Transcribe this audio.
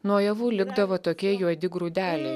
nuo javų likdavo tokie juodi grūdeliai